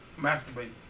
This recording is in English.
masturbate